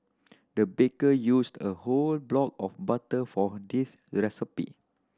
the baker used a whole block of butter for this